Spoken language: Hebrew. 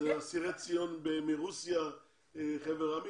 זה אסירי ציון מרוסיה, חבר העמים.